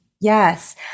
Yes